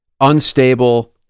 Unstable